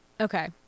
Okay